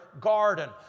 garden